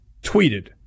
tweeted